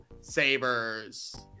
sabers